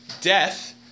death